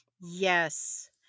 yes